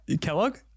Kellogg